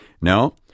No